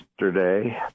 yesterday